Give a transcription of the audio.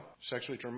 Sexually